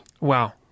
Wow